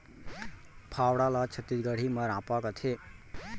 फावड़ा ल छत्तीसगढ़ी म रॉंपा कथें